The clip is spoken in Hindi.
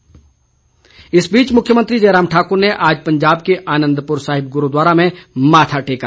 जयराम इस बीच मुख्यमंत्री जयराम ठाकुर ने आज पंजाब के आनंदपुर साहिब गुरूद्वारे में माथा टेका